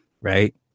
right